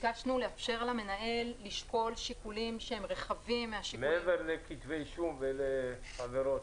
ביקשנו לאפשר למנהל לשקול שיקולים רחבים -- מעבר לכתבי אישום ולעבירות.